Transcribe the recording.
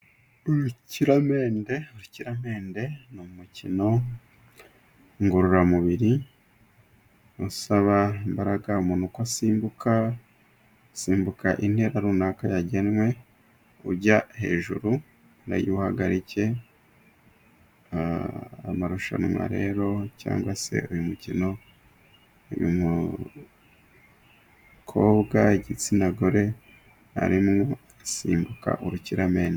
Urukiramende. Urukiramende ni umukino ngororamubiri usaba imbaraga. Umuntu uko asimbuka, asimbuka intera runaka yagenwe ujya hejuru, n'uyubuhagarike. Amarushanwa rero cyangwa se uyu mukino uyu mukobwa, igitsina gore, arimo asimbuka urukiramende.